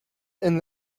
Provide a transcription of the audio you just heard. and